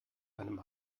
einem